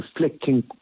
reflecting